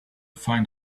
find